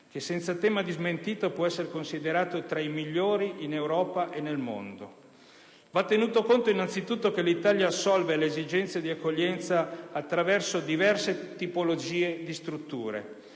che, senza tema di smentita, può essere considerato tra i migliori in Europa e nel mondo. Va tenuto conto, innanzitutto, che l'Italia assolve alle esigenze di accoglienza attraverso diverse tipologie di strutture: